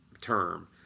term